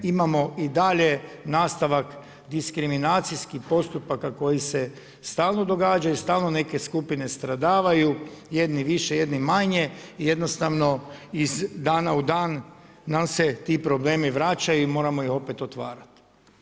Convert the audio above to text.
Imamo i dalje nastavak diskriminacijskih postupaka koji se stalno događaju i stalno neke skupine stradavaju, jedni više, jedni manje i jednostavno iz dana u dan nam se ti problemi vraćaju i moramo ih opet otvarati.